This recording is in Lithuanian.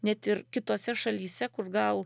net ir kitose šalyse kur gal